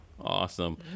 Awesome